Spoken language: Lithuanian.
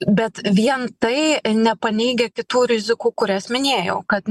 bet vien tai nepaneigia kitų rizikų kurias minėjau kad